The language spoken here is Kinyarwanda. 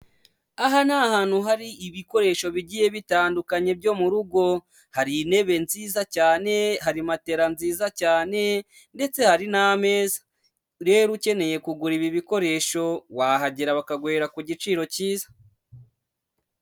Aha ni ahantu hari ibikoresho bigiye bitandukanye byo mu rugo, hari intebe nziza cyane, hari matera nziza cyane ndetse hari n'amezi, rero ukeneye kugura ibi bikoresho wahagera bakaguhera ku giciro cyiza.